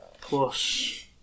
Plus